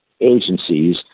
agencies